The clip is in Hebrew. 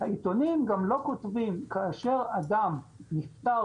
העיתונים גם לא כותבים כאשר אדם נפטר